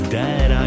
dead